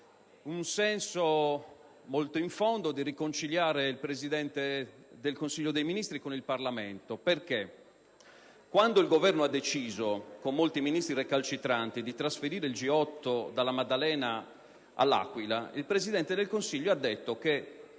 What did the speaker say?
in fondo, il senso di riconciliare il Presidente del Consiglio con il Parlamento. Quando il Governo decise, con molti Ministri recalcitranti, di trasferire il G8 dalla Maddalena all'Aquila, il Presidente del Consiglio dichiarò che